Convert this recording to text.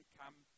come